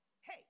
hey